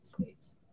States